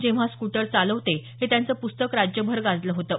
जेव्हा स्कूटर चालवते हे त्यांचं प्स्तक राज्यभर गाजलं होतं